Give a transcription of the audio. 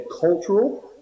cultural